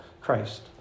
Christ